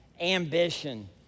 ambition